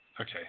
Okay